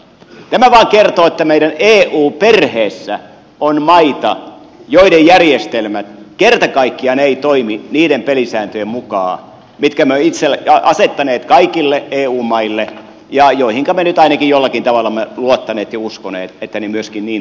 tämä vain kertoo että meidän eu perheessämme on maita joiden järjestelmät kerta kaikkiaan eivät toimi niiden pelisääntöjen mukaan mitkä me olemme asettaneet kaikille eu maille ja joihinka me nyt ainakin jollakin tavalla olemme luottaneet ja joista olemme uskoneet että ne myöskin niin toimisivat